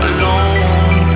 Alone